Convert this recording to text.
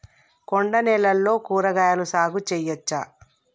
కొండ నేలల్లో కూరగాయల సాగు చేయచ్చా?